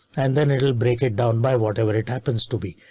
and then it'll break it down by whatever it happens to be.